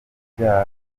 ibyaha